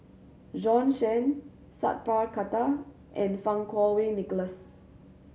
Bjorn Shen Sat Pal Khattar and Fang Kuo Wei Nicholas